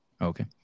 Okay